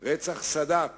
רצח סאדאת,